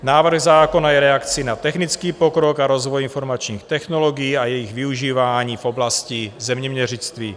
Návrh zákona je reakcí na technický pokrok a rozvoj informačních technologií a jejich využívání v oblasti zeměměřictví.